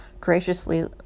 graciously